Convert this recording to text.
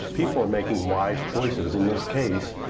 people are making wise choices in this case,